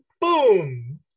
Boom